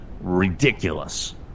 ridiculous